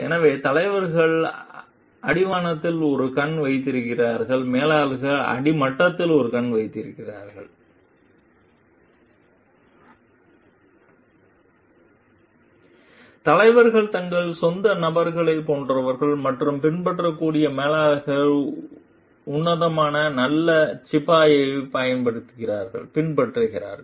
எனவே தலைவர்கள் அடிவானத்தில் ஒரு கண் வைத்திருக்கிறார்கள் மேலாளர்கள் அடிமட்டத்தில் ஒரு கண் வைத்திருக்கிறார்கள் தலைவர்கள் தங்கள் சொந்த நபர்களைப் போன்றவர்கள் மற்றும் பின்பற்றக்கூடிய மேலாளர்கள் உன்னதமான நல்ல சிப்பாயைப் பின்பற்றுகிறார்கள்